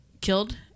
killed